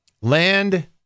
Land